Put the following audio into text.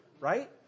Right